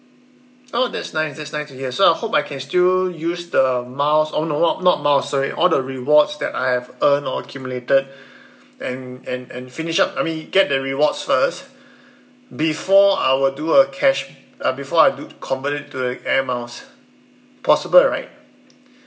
oh that's nice that's nice to hear so I hope I can still use the miles oh no not not miles sorry all the rewards that I have earned or accumulated and and and finish up I mean get the rewards first before I will do a cash uh before I do convert it to the air miles possible right